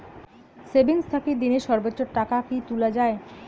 Savings থাকি দিনে সর্বোচ্চ টাকা কি তুলা য়ায়?